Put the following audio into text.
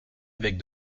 avec